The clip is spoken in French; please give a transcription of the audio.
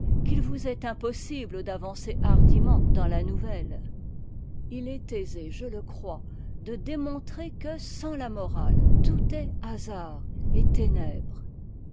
qu'il vous est impossible d'avancer hardiment dans ia nouvelle il est aisé je lé crois de démontrer que sans la morale tout est hasard et ténèbres